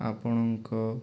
ଆପଣଙ୍କ